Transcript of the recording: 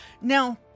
Now